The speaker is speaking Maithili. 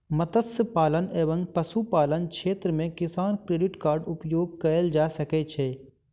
मत्स्य पालन एवं पशुपालन क्षेत्र मे किसान क्रेडिट कार्ड उपयोग कयल जा सकै छै